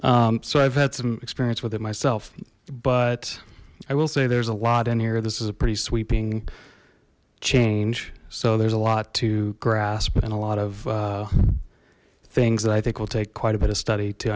so i've had some experience with it myself but i will say there's a lot in here this is a pretty sweeping change so there's a lot to grasp and a lot of things that i think will take quite a bit of study to